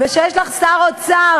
וכשיש לך שר אוצר,